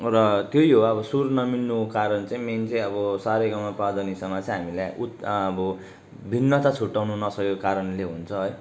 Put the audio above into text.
र त्यही हो अब सुर नमिल्नुको कारण चाहिँ मेन चाहिँ अब सा रे गा मा पा धा नि सामा चाहिँ हामीले उत् अब भिन्नता छुट्ट्याउनु नसकेको कारणले हुन्छ है